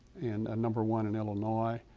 and number one in illinois,